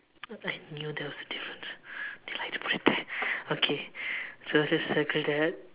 I knew that was a difference they like to put it there okay so I just circle that